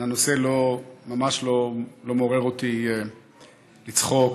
הנושא ממש לא מעורר אותי לצחוק,